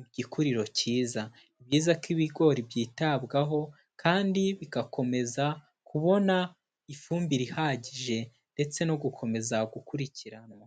igikuriro cyiza, ni byiza ko ibigori byitabwaho kandi bigakomeza kubona ifumbire ihagije, ndetse no gukomeza gukurikiranwa.